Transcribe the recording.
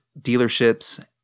dealerships